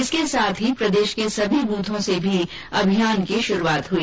इसके साथ प्रदेश के सभी बूथों से भी अभियान की शुरूआत हुई